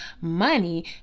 money